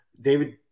David